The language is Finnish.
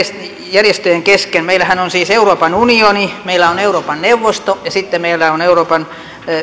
järjestöjen kesken meillähän on siis euroopan unioni meillä on euroopan neuvosto ja sitten meillä on euroopan